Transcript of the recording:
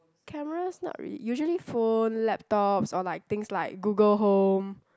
cameras not really usually phone laptops or like things like Google home